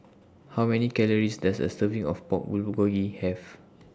How Many Calories Does A Serving of Pork Bulgogi Have